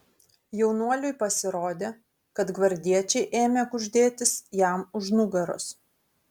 jaunuoliui pasirodė kad gvardiečiai ėmė kuždėtis jam už nugaros